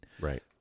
Right